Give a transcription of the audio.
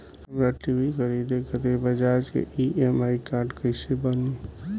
हमरा टी.वी खरीदे खातिर बज़ाज़ के ई.एम.आई कार्ड कईसे बनी?